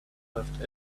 left